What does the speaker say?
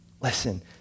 Listen